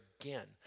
again